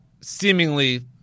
seemingly